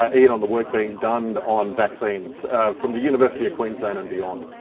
ah ian, on the work being done on vaccines from the university of queensland and beyond?